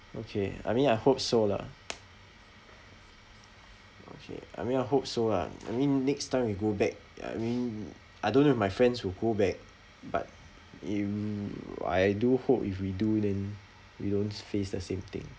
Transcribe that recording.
okay I mean I hope so lah okay I mean I hope so lah I mean next time we go back I mean I don't if my friends will go back but if I do hope if we do then we won't face the same thing